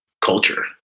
culture